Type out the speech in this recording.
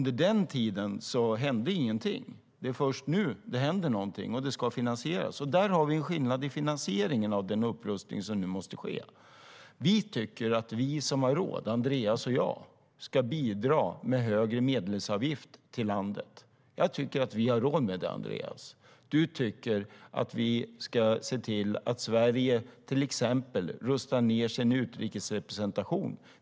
Det är först nu det händer någonting, och det ska finansieras. Där har vi en skillnad i finansieringen av den upprustning som nu måste ske. Vi tycker att vi som har råd - Andreas och jag - ska bidra med högre medlemsavgift till landet. Jag tycker att vi har råd med det, Andreas. Du tycker att vi ska se till att Sverige till exempel rustar ned sin utrikesrepresentation.